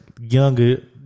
younger